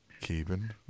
Keeping